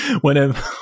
whenever